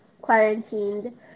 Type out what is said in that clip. quarantined